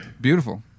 Beautiful